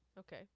Okay